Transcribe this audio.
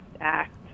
act